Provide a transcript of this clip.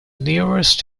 nearest